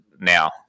now